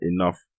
enough